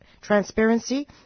transparency